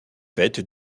fête